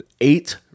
eight